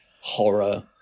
horror